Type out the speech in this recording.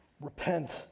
Repent